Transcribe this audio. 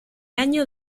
año